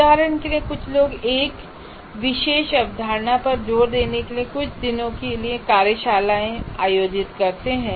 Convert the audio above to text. उदाहरण के लिए कुछ लोग एक विशेष अवधारणा पर जोर देने के लिए कुछ दिनों के लिए कार्यशालाएं आयोजित करते हैं